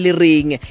ring